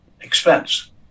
expense